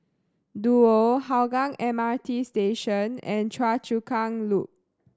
Duo Hougang M R T Station and Choa Chu Kang Loop